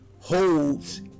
Holds